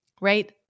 Right